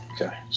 Okay